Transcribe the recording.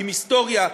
עם היסטוריה,